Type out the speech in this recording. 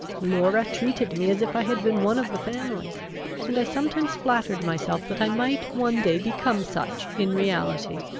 laura treated me as if i had been one of the family and i sometimes flattered myself that i might one day become such in reality.